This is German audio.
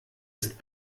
ist